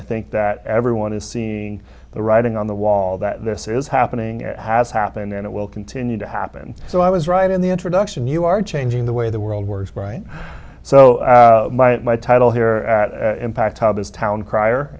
i think that everyone is seeing the writing on the wall that this is happening it has happened and it will continue to happen so i was right in the introduction you are changing the way the world works right so my my title here at impact how this town cri